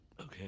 Okay